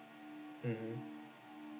mmhmm